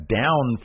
down